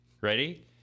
Ready